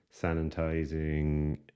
sanitizing